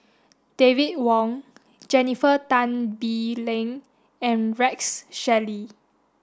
David Wong Jennifer Tan Bee Leng and Rex Shelley